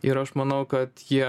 ir aš manau kad jie